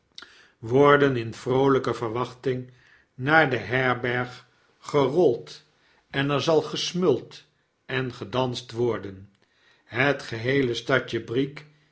worden in vroolyke verwachting naar de herberg gerold en er zal gesmuld en gedanst worden het geheele stadje